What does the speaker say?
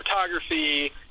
photography